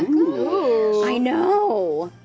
ah ooh. ooh. i know!